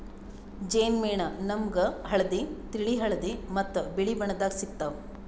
ಜೇನ್ ಮೇಣ ನಾಮ್ಗ್ ಹಳ್ದಿ, ತಿಳಿ ಹಳದಿ ಮತ್ತ್ ಬಿಳಿ ಬಣ್ಣದಾಗ್ ಸಿಗ್ತಾವ್